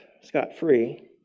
scot-free